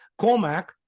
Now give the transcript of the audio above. COMAC